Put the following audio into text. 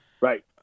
Right